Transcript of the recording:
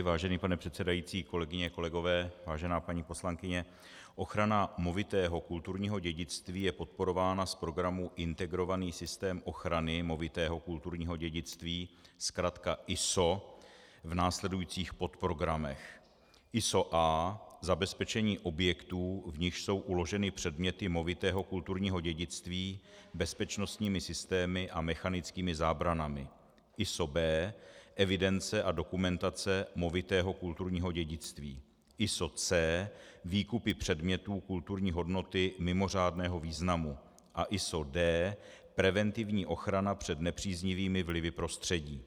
Vážený pane předsedající, kolegyně, kolegové, vážená paní poslankyně, ochrana movitého kulturního dědictví je podporována z programu Integrovaný systém ochrany movitého kulturního dědictví, zkratka ISO, v následujících podprogramech: ISO A zabezpečení objektů, v nichž jsou uloženy předměty movitého kulturního dědictví, bezpečnostními systémy a mechanickými zábranami, ISO B evidence a dokumentace movitého kulturního dědictví, ISO C výkupy předmětů kulturní hodnoty mimořádného významu a ISO D preventivní ochrana před nepříznivými vlivy prostředí.